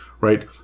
right